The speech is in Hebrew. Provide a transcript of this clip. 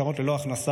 נשארות ללא הכנסה,